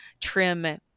Trim